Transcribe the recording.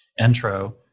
intro